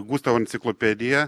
gustavo enciklopedija